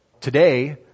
Today